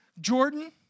Jordan